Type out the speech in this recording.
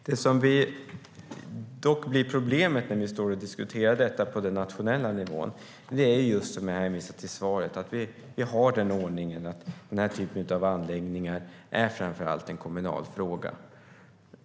Det som dock blir problemet när vi diskuterar detta på den nationella nivån är just som jag hänvisar till i svaret att vi har ordningen att den här typen av anläggningar framför allt är en kommunal fråga.